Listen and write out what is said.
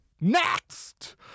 Next